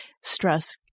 Stress